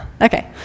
Okay